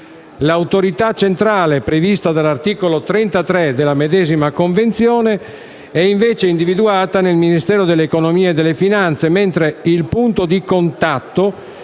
L'autorità centrale prevista dall'articolo 33 della medesima Convenzione è invece individuata nel Ministero dell'economia e delle finanze, mentre il punto di contatto